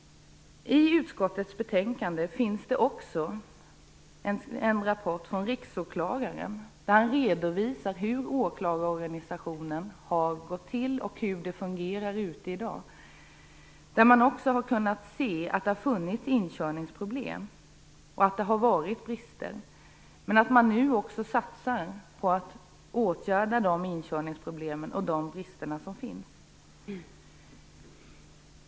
I utskottets betänkande redovisas också en rapport från riksåklagaren om hur förändringarna i åklagarorganisationen har gått till och hur den fungerar i dag. Man har kunnat se att det har funnits inkörningsproblem och brister, men man satsar nu på att åtgärda de inkörningsproblem och brister som finns.